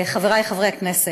חבריי חברי הכנסת,